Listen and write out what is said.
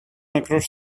across